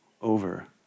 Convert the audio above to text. over